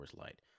Light